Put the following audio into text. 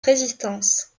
résistance